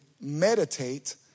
meditate